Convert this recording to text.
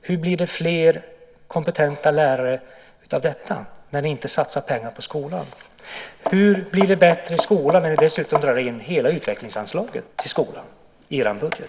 Hur blir det fler kompetenta lärare när ni inte satsar pengar på skolan? Hur blir det bättre skola när ni dessutom drar in hela utvecklingsanslaget till skolan i er budget?